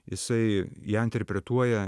jisai ją interpretuoja